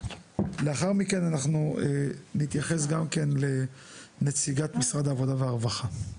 ולאחר מכן נתייחס גם כן לנציגת משרד העבודה והרווחה.